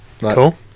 Cool